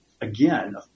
again